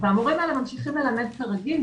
והמורים האלה ממשיכים ללמד כרגיל,